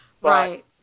Right